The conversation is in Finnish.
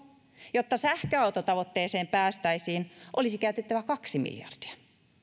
jotta sähköautotavoitteeseen päästäisiin olisi käytettävä kaksi miljardia